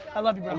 i love you, um